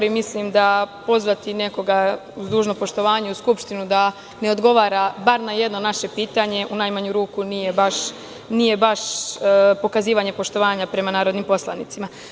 Mislim da pozvati nekoga, uz dužno poštovanje, u Skupštinu da ne odgovara bar na jedno naše pitanje, u najmanju ruku nije baš pokazivanje poštovanja prema narodnim poslanicima.